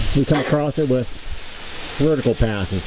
we talk across it with vertical path